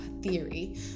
theory